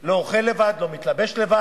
נא לשבת.